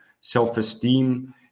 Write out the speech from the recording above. self-esteem